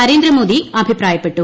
നരേന്ദ്ര മോദി അഭിപ്രായപ്പെട്ടു